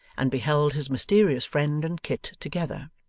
and beheld his mysterious friend and kit together.